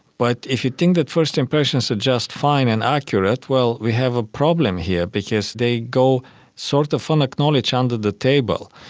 but if you think that first impressions are just fine and accurate, well, we have a problem here because they go sort of unacknowledged, under the table.